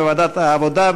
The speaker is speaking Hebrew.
לוועדת העבודה,